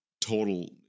total